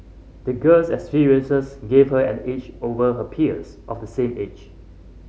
the girl's experiences gave her an edge over her peers of the same age